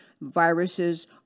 viruses